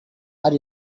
are